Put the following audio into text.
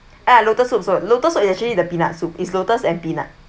and lotus soup so lotus what you actually the peanut soup is lotus and peanut